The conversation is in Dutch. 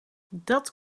dat